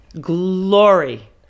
Glory